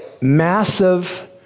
massive